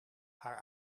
haar